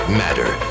matter